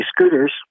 scooters